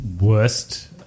worst